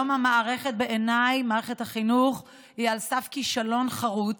היום בעיניי מערכת החינוך היא על סף כישלון חרוץ,